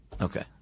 Okay